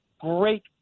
great